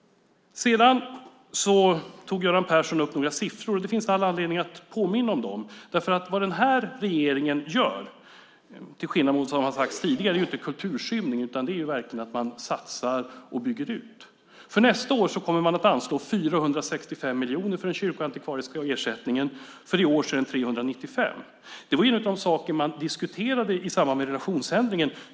Göran Persson tog upp några siffror, och det finns all anledning att påminna om dem, därför att vad den här regeringen gör innebär, till skillnad mot vad som sagts tidigare, inte någon kulturskymning, utan man satsar verkligen och bygger ut. Nästa år kommer man nämligen att anslå 465 miljoner för den kyrkoantikvariska ersättningen. I år är den 395 miljoner.